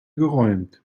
geräumt